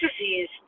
disease